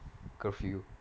curfew